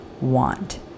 want